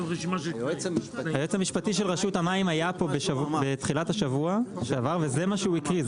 היועץ המשפטי של רשות המים היה פה בתחילת השבוע שעבר וזה מה שהוא הקריא,